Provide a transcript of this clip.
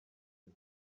you